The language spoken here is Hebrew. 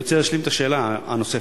אני רוצה להשלים את השאלה הנוספת.